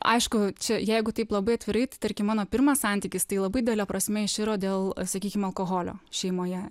aišku čia jeigu taip labai atvirai tai tarkim mano pirmas santykis tai labai didele prasme iširo dėl sakykim alkoholio šeimoje